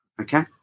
okay